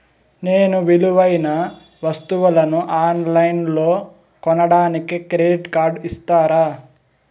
నేను విలువైన వస్తువులను ఆన్ లైన్లో కొనడానికి క్రెడిట్ కార్డు ఇస్తారా?